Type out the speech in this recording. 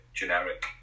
generic